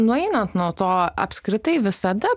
nueinant nuo to apskritai visada